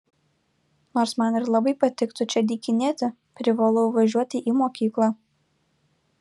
nors man ir labai patiktų čia dykinėti privalau važiuoti į mokyklą